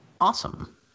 Awesome